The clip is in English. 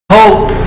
hope